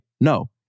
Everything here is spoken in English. no